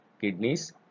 kidneys